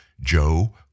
Joe